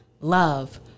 love